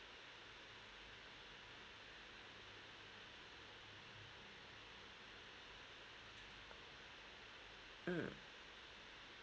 mm